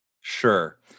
Sure